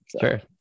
sure